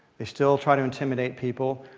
they still try to intimidate people.